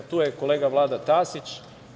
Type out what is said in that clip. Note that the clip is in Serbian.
Tu je kolega Vlada Tasić.